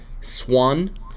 Swan